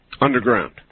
Underground